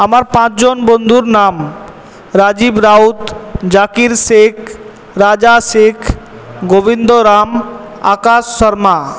আমার পাঁচজন বন্ধুর নাম রাজীব রাউত জাকির শেখ রাজা শেখ গোবিন্দ রাম আকাশ শর্মা